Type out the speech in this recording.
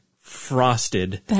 frosted